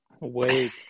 Wait